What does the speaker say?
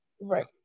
right